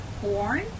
corn